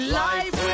life